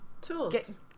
Tools